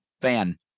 fan